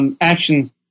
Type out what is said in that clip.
actions